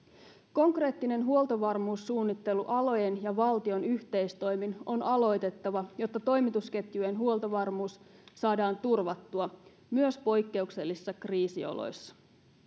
konkreettinen huoltovarmuussuunnittelu alojen ja valtion yhteistoimin on aloitettava jotta toimitusketjujen huoltovarmuus saadaan turvattua myös poikkeuksellisissa kriisioloissa